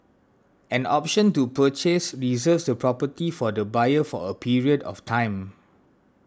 an option to purchase reserves the property for the buyer for a period of time